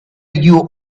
you